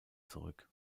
zurück